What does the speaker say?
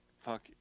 fuck